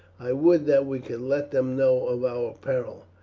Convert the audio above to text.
i would that we could let them know of our peril.